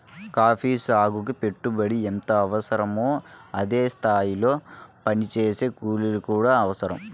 coffee సాగుకి పెట్టుబడి ఎంతగా అవసరమో అదే స్థాయిలో పనిచేసే కూలీలు కూడా అవసరం